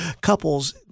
couples